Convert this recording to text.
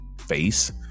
face